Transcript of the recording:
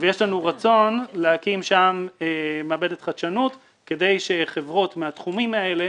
יש לנו רצון להקים שם מעבדת חדשנות כדי שחברות מהתחומים האלה